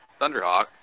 Thunderhawk